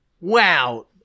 Wow